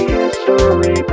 history